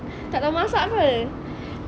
tak tahu masak pe